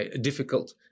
difficult